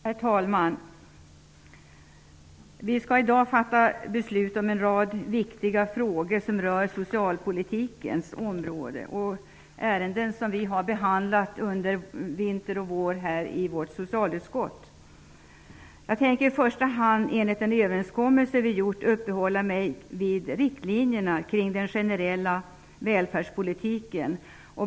Herr talman! Vi skall i dag fatta beslut om en rad viktiga frågor på socialpolitikens område. Det gäller ärenden som vi har behandlat i socialutskottet under vintern och våren. I enlighet med en överenskommelse vi gjort tänker jag i första hand uppehålla mig vid riktlinjerna för den generella välfärdspolitiken.